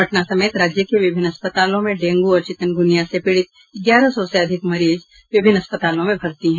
पटना समेत राज्य के विभिन्न अस्पतालों में डेंगू और चिकनगुनिया से पीड़ित ग्यारह सौ से अधिक मरीज विभिन्न अस्पतालों में भर्ती हैं